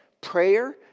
Prayer